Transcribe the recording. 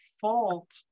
fault